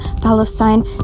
Palestine